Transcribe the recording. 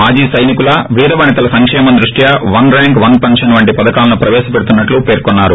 మాజీ సైనికుల వీర వనితల సంకేమం దృష్టా వన్ ర్యాంక్ వన్ పెన్షన్ వంటి పధకాలను ప్రవేశపెడుతున్నట్లు పేర్కొన్నారు